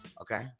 Okay